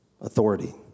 Authority